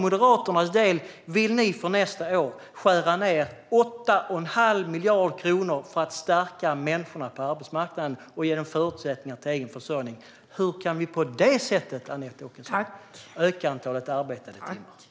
Moderaterna vill för nästa år skära ned med 8 1⁄2 miljard kronor för att stärka människorna på arbetsmarknaden och ge dem förutsättningar för egen försörjning. Hur kan vi på det sättet, Anette Åkesson, öka antalet arbetade timmar?